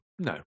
No